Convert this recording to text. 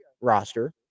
roster